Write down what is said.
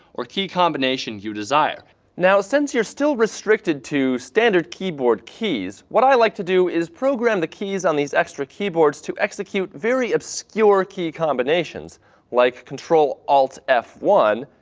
or key combinations you desire now, since you're still restricted to standard keyboard keys. what i like to do is program the keys on these extra keyboards to execute very obscure key combinations like ctrl alt f one.